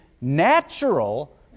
natural